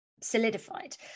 solidified